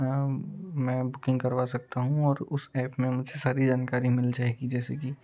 मैं बुकिंग करवा सकता हूँ और उस ऐप में मुझे सारी जानकारी मिल जाएगी जैसे कि